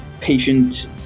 patient